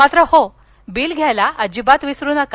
मात्र बिल घ्यायला अजिबात विसरू नका